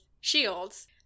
Shields